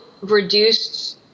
reduced